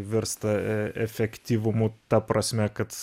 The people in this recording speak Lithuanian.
virsta efektyvumu ta prasme kad